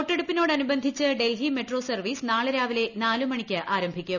വോട്ടെടുപ്പിനോടനുബന്ധിച്ച് Delhi metro service നാളെ രാവിലെ നാലു മണിക്ക് ആരംഭിക്കും